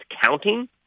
counting